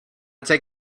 take